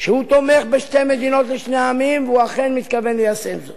שהוא תומך בשתי מדינות לשני עמים והוא אכן מתכוון ליישם זאת?